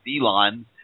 Elon